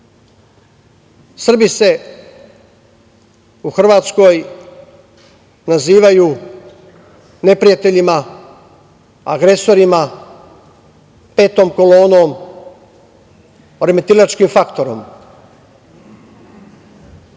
se u Hrvatskoj nazivaju neprijateljima, agresorima, petom kolonom, remetiljačkim faktorom.